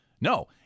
No